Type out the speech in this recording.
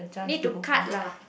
need to cut lah